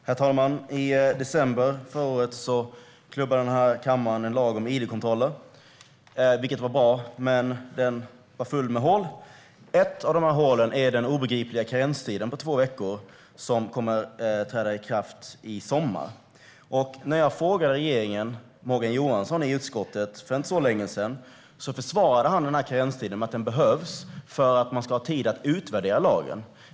Herr talman! I december förra året klubbade den här kammaren en lag om id-kontroller, vilket var bra, men den var full av hål. Ett av de hålen är den obegripliga karenstiden på två veckor i den lag som kommer att träda i kraft i sommar. När jag frågade Morgan Johansson om detta i utskottet för inte så länge sedan försvarade han karenstiden med att den behövs för att man ska ha tid att utvärdera lagen.